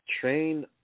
Train